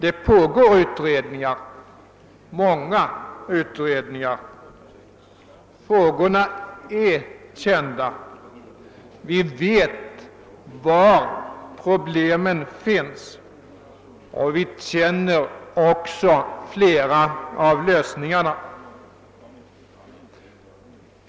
Många utredningar pågår. Frågorna är kända. Vi vet var problemen finns, och vi känner också flera av lösningarna.